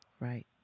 Right